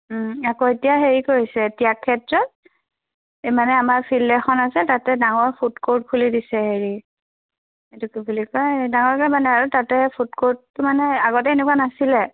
আকৌ এতিয়া হেৰি কৰিছে ত্যাগ ক্ষেত্ৰ এই মানে আমাৰ ফিল্ড এখন আছে তাতে ডাঙৰ ফুড কোৰ্ট খুলি দিছে হেৰি এইটো কি বুলি কয় ডাঙৰকৈ মানে আৰু তাতে ফুড কোৰ্টটো মানে আগতে এনেকুৱা নাছিলে